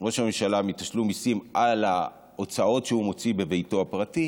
ראש הממשלה מתשלום מיסים על ההוצאות שהוא מוציא בביתו הפרטי